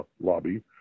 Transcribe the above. lobby